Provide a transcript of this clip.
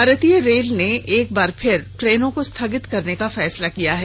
भारतीय रेल ने एक बार फिर ट्रेनों को स्थगित करने का फैसला लिया है